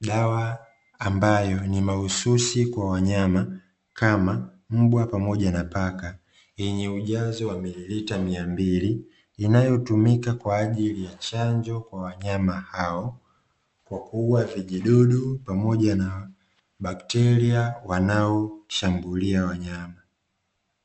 dawa ambayo ni mahususi kwa wanyama kama mbwa pamoja na paka, yenye ujazo wa mililita mia mbili inayotumika kwa ajili ya chanjo ya wanyama hao, kwa kuua vijidudu pamoja na bakteria wanaoshambulia wanyama.